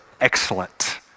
excellent